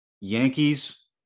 Yankees